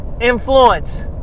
influence